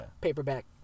Paperback